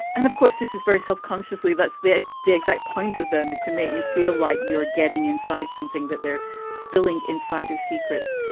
and of course, this is very self consciously. that's the ah the exact point of them, is to make you feel like you're getting inside something that they're spilling insider secrets.